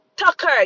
Tucker